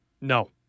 No